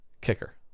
Kicker